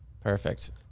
Perfect